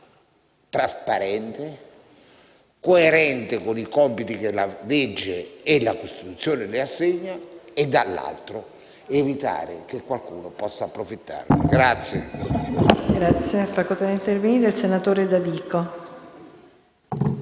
trasparente e coerente con i compiti che la legge e la Costituzione le assegna, evitando che qualcuno possa approfittarne.